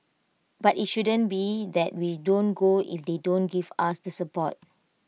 but IT shouldn't be that we don't go if they don't give us the support